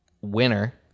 winner